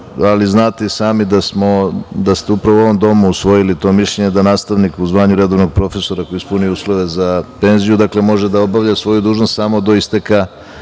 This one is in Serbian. ali znate i sami da ste upravo u ovom Domu usvojili to mišljenje, da nastavnik u zvanje redovnog profesora koji je ispunio uslove za penziju može da obavlja svoju dužnost samo do isteka